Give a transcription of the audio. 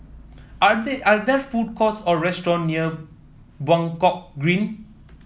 are are there food courts or restaurant near Buangkok Green